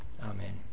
Amen